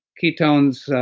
ketones